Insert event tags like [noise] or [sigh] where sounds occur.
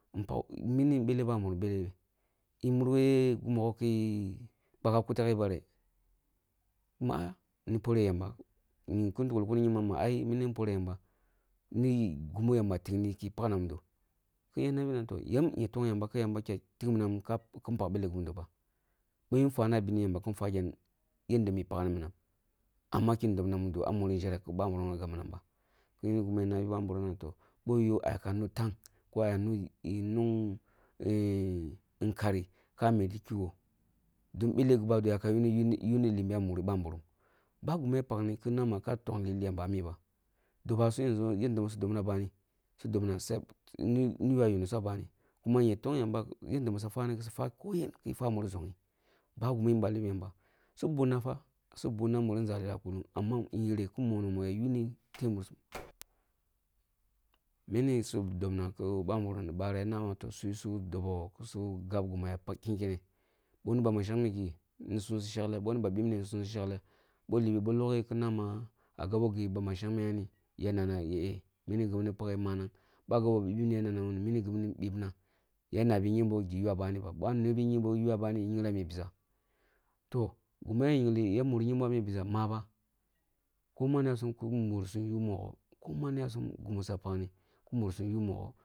Mini ɓeleh ɓa’nburum belah meh e’mare gi mogho ki kpaka kutighi kima a’a ni poreh yamba, kin tuklai kunu nyingbam ma ai mini ni poreh yamba, niyi ghi muh yamba tig-ni ku pag na mudo, ki nya nabi na yam nya tong yamba ki yamba tig mīnam kin oag ɓeleh gi na’mudo ba, boh nfwana a bini yamba kin fwa gyam yanda mi pagni minam, amma kina yabna mudo a muri njere ku ɓa’nburum nona gab-minam, boh yo aya nu tangh, ko aya nu nkari kah me di kigho dun belleh giba do yaka yuni limbi a’ muri ɓahꞌnburumm ba gumu ya pagni yeteh ba tongh lili yamba a’ miba dobasum yanzu, yadda su dobna a’bani su dobna set niyo ya’yunusum abani, kuma nya tong yamba yanda su fwani sufwa ko yen ya fwa muri zong-yi ba abunda gumu nbagli yanzu, su bunna fa, su bunna a’muri, nzali kulung amma nyere mono mu yunni tebeh murisum [noise] mene su dobna ki banburum bari nama su dobo su gab-gamu ya’kenkene boh shagme gi ni sum shagle boh ni ba bibne sum ni shagle boh libi boh loghe ma agoboh gi ba ma shangmeh yani ya-na’na yanyin gimin pageh manang ɓa agaboh gi ɓa ɓimne minì gimi ni bibna, ya nabi yingbo gi ywa banì ba, boh a’ nobi nyingbo boh nobi nyimgbo ywa bani yīri yinglo mi biza toh gīmi ya mur nyingbo a mi biza ma’ba koḿan yasum na murisum yu mogho, ko ni man ko mosapa ne ko murisum yu mogho.